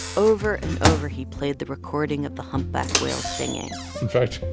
over and over, he played the recording of the humpback whales singing in fact,